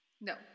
No